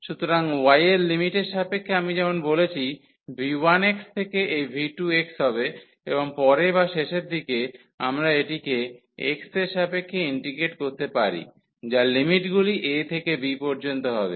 সুতরাং y এর লিমিটের সাপেক্ষে আমি যেমন বলেছি v1x থেকে এই v2x হবে এবং পরে বা শেষের দিকে আমরা এটিকে x এর সাপেক্ষে ইন্টিগ্রেট করতে পারি যার লিমিটগুলি a থেকে b পর্যন্ত হবে